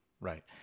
Right